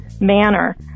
manner